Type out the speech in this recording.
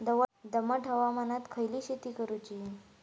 दमट हवामानात खयली शेती करूची?